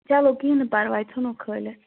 چلو کیٚنٛہہ نہٕ پرواے ژھٕنو کھٲلِتھ